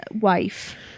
wife